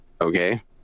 Okay